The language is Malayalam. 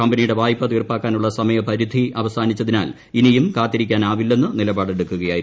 കമ്പനിയുടെ വായ്പ തീർപ്പാക്കാനുള്ള സമയപരിധി അവസാനിച്ചതിനാൽ ഇനിയും കാത്തിരിക്കാനാവില്ലെന്ന് നിലപാടെടുക്കുകയായിരുന്നു